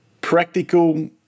practical